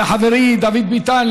לחברי דוד ביטן,